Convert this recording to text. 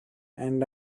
and